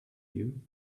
you